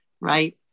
right